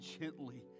gently